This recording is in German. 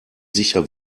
sicher